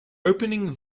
opening